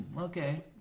okay